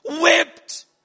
whipped